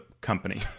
company